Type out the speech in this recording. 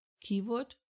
Keyword